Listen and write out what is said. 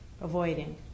avoiding